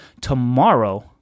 tomorrow